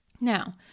Now